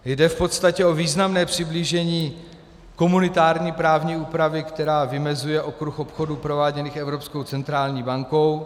Jde v podstatě o významné přiblížení komunitární právní úpravy, která vymezuje okruh obchodů prováděných Evropskou centrální bankou.